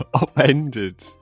upended